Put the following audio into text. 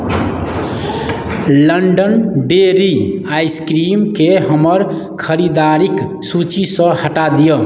London dairy आइसक्रीमके हमर खरीदारिक सूचीसँ हटा दिअ